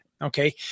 Okay